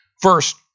First